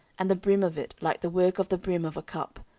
and the brim of it like the work of the brim of a cup,